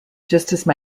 justice